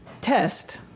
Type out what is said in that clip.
test